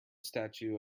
statue